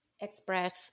express